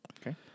Okay